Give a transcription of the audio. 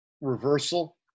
reversal